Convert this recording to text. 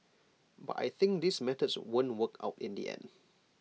but I think these methods won't work out in the end